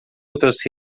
outras